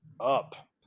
up